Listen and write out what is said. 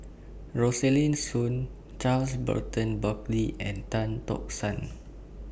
Rosaline Soon Charles Burton Buckley and Tan Tock San